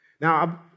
Now